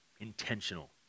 intentional